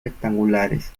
rectangulares